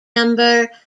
number